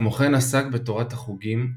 כמו כן עסק בתורת החוגים,